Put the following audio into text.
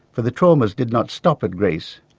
for the traumas did not stop at greece.